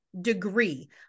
degree